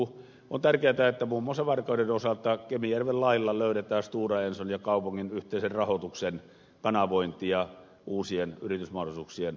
on tärkeätä että muun muassa varkauden osalta kemijärven lailla löydetään stora enson ja kaupungin yhteisen rahoituksen kanavointia uusien yritysmahdollisuuksien hakemiseen